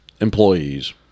employees